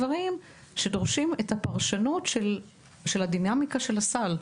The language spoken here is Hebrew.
יש דברים שדורשים את הפרשנות של הדינמיקה של הסל,